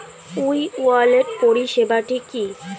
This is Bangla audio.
ই ওয়ালেট পরিষেবাটি কি?